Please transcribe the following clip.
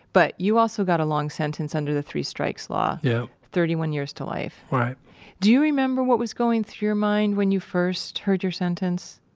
but you also got a long sentence under the three-strikes law yep thirty one years to life right do you remember what was going through your mind when you first heard your sentence?